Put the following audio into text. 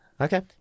Okay